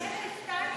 מילא שטייניץ אומר,